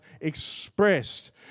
expressed